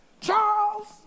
Charles